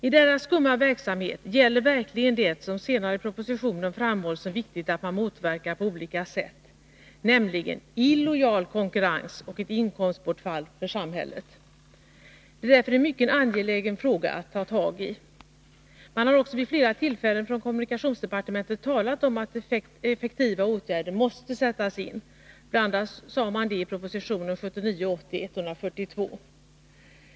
I deras skumma verksamhet gäller verkligen det som senare i propositionen framhålls som viktigt att motverka på olika sätt, nämligen illojal konkurrens och ett inkomstbortfall för samhället. Det är därför en mycket angelägen fråga att ta tag i. Man har också vid flera tillfällen från kommunikationsdepartementet talat om att effektiva åtgärder måste sättas in. Bl. a. sades det i proposition nr 1979/80:142.